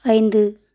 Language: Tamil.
ஐந்து